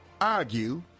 argue